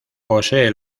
posee